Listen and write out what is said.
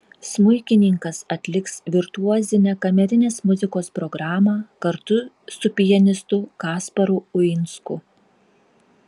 smuikininkas atliks virtuozinę kamerinės muzikos programą kartu su pianistu kasparu uinsku